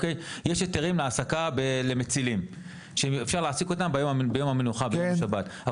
יש היתרי העסקה למצילים שאפשר להעסיק אותם ביום המנוחה ביום שבת,